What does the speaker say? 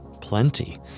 Plenty